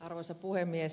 arvoisa puhemies